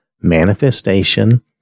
manifestation